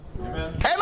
Amen